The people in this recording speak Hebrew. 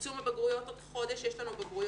צמצום הבגרויות, עוד חודש יש לנו בגרויות.